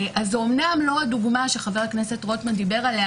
זו אומנם לא הדוגמה שחבר הכנסת רוטמן דיבר עליה,